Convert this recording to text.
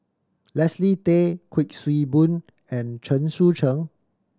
Leslie Tay Kuik Swee Boon and Chen Sucheng